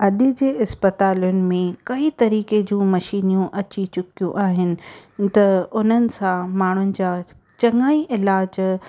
अॼु जे इस्पतालुनि में कई तरीके जूं मशीनियूं अची चुकियूं आहिनि त उन्हनि सां माण्हुनि जा चङा ई इलाजु